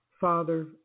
Father